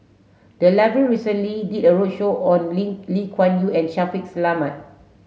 the library recently did a roadshow on Lim Lim Yew Kuan and Shaffiq Selamat